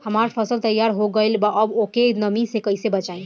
हमार फसल तैयार हो गएल बा अब ओके नमी से कइसे बचाई?